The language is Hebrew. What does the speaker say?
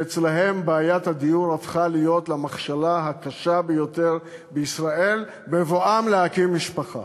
שאצלם בעיית הדיור הפכה למכשלה הקשה ביותר בישראל בבואם להקים משפחה?